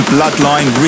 Bloodline